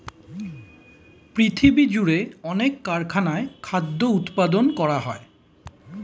পৃথিবীজুড়ে অনেক কারখানায় খাদ্য উৎপাদন করা হয়